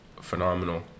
phenomenal